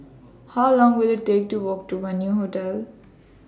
How Long Will IT Take to Walk to Venue Hotel